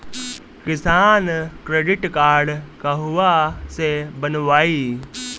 किसान credit card कहवा से बनवाई?